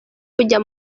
kujya